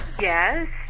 yes